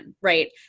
right